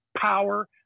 power